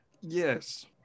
Yes